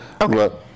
Okay